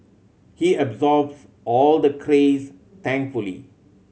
he absorbs all the craze thankfully